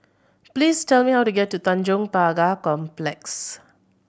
please tell me how to get to Tanjong Pagar Complex